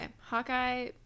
Hawkeye